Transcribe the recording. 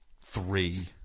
three